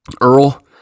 Earl